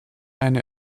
eine